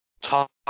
talk